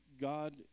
God